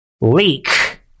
leak